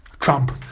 Trump